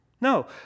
no